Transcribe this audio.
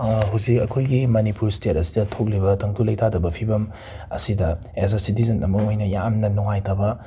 ꯍꯧꯖꯤꯛ ꯑꯩꯈꯣꯏꯒꯤ ꯃꯅꯤꯄꯨꯔ ꯁ꯭ꯇꯦꯠ ꯑꯁꯤꯗ ꯊꯣꯛꯂꯤꯕ ꯇꯪꯗꯨ ꯂꯩꯇꯥꯗꯕ ꯐꯤꯕꯝ ꯑꯁꯤꯗ ꯑꯦꯖ ꯑꯦ ꯁꯤꯇꯤꯖꯟ ꯑꯃ ꯑꯣꯏꯅ ꯌꯥꯝꯅ ꯅꯨꯡꯉꯥꯏꯇꯕ